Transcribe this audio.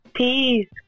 Peace